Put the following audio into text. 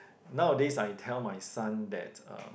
nowadays I tell my son that um